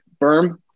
Berm